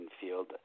field